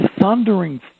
thundering